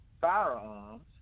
firearms